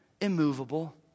immovable